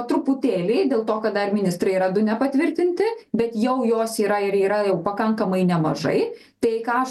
truputėlį dėl to kad dar ministrai yra du nepatvirtinti bet jau jos yra ir yra jau pakankamai nemažai tai ką aš